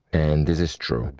and this is true.